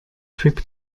trip